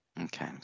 okay